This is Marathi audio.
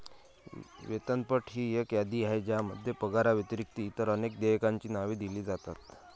वेतनपट ही एक यादी आहे ज्यामध्ये पगाराव्यतिरिक्त इतर अनेक देयकांची नावे दिली जातात